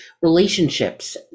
relationships